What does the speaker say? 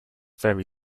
very